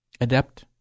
adept